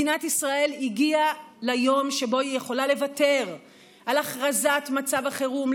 מדינת ישראל הגיעה ליום שבו היא יכולה לוותר על הכרזת מצב החירום,